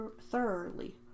thoroughly